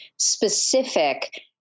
specific